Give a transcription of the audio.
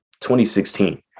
2016